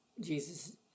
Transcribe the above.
Jesus